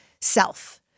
self